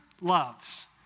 loves